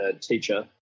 teacher